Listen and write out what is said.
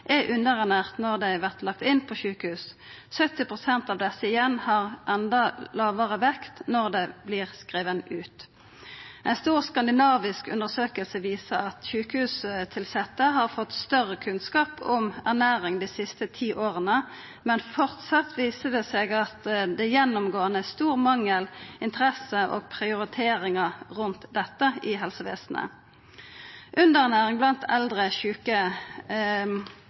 er underernærte når dei vert lagde inn på sjukehus. 70 pst. av desse igjen har enda lågare vekt når dei vert skrivne ut. Ei stor skandinavisk undersøking viser at sjukehustilsette har fått større kunnskap om ernæring dei siste ti åra, men framleis viser det seg at det gjennomgåande er stor mangel på interesse og prioriteringar rundt dette i helsevesenet. Underernæring blant eldre sjuke